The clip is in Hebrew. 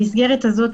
במסגרת הזו,